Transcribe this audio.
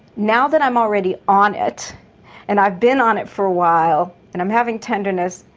now that i'm already on it and i've been on it for a while and i'm having tenderness,